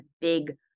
big